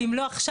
ואם לא עכשיו,